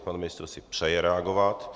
Pan ministr si přeje reagovat.